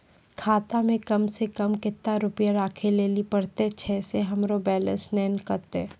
खाता मे कम सें कम कत्ते रुपैया राखै लेली परतै, छै सें हमरो बैलेंस नैन कतो?